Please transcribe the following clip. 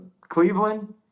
Cleveland